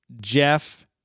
Jeff